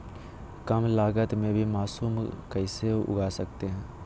कम लगत मे भी मासूम कैसे उगा स्केट है?